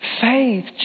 Faith